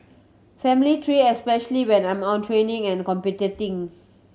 family tree especially when I'm on training and competing